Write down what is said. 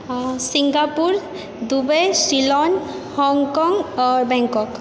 हँ Singapore Dubai Ceylon Hong Kong आओर Bangkok